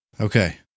Okay